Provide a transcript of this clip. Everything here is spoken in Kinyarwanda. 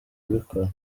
mbikora